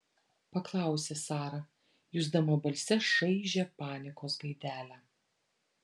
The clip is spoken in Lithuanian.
paklausė sara jusdama balse šaižią panikos gaidelę